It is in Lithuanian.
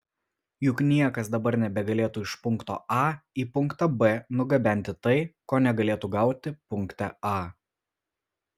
juk niekas dabar nebegalėtų iš punkto a į punktą b nugabenti tai ko negalėtų gauti punkte a